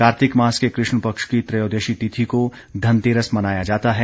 कार्तिक मास के कृष्ण पक्ष की त्रयोदशी तिथि को धनतेरस मनाया जाता है